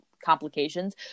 complications